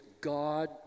God